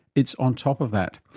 it's on top of that.